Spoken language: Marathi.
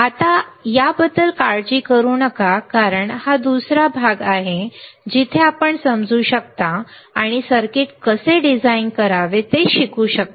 आता याबद्दल काळजी करू नका कारण हा दुसरा भाग आहे जिथे आपण समजू शकता आणि सर्किट कसे डिझाइन करावे ते शिकू शकता